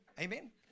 Amen